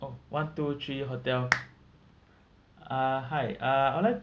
oh one two three hotel ah hi uh I'd like